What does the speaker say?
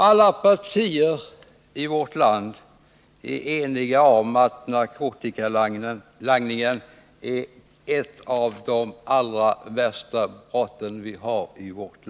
Alla partier i vårt land är eniga om att narkotikalangningen är ett av de allra värsta brotten vi har i Sverige.